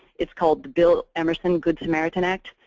it's called the bill emerson good samaritan act,